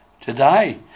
today